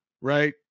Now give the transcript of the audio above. Right